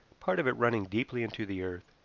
part of it running deeply into the earth,